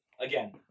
again